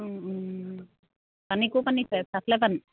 পানী ক'ৰ পানী খায় চাপ্লাই পানী